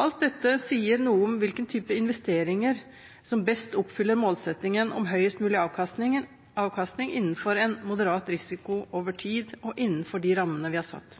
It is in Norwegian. Alt dette sier noe om hvilke typer investeringer som best oppfyller målsettingen om høyest mulig avkastning innenfor en moderat risiko over tid og innenfor de rammene vi har satt.